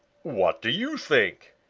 what do you think?